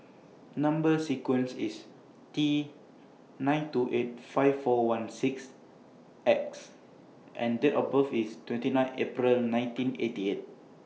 Number sequence IS T nine two eight five four one six X and Date of birth IS twenty nine April nineteen eighty eight